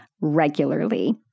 regularly